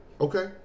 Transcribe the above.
Okay